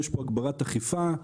יש פה הגברת אכיפה,